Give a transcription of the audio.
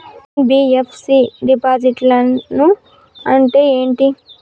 NBFC డిపాజిట్లను అంటే ఏంటి?